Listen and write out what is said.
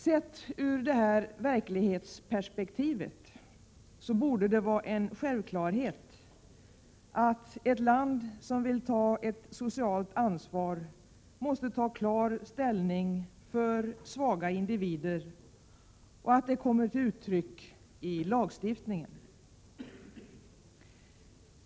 Sett ur detta verklighetsperspektiv borde det vara självklart att ett land som vill ta ett socialt ansvar måste ta klar ställning för svaga individer, och att det kommer till uttryck i lagstiftningen.